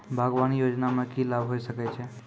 बागवानी योजना मे की लाभ होय सके छै?